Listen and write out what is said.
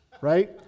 right